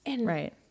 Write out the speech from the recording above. Right